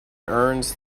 earns